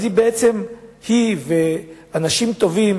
היא ואנשים טובים,